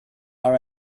our